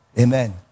amen